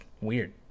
weird